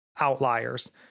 outliers